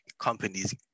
companies